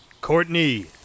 Courtney